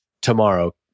tomorrow